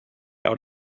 out